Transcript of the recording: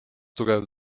tugev